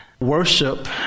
worship